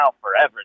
forever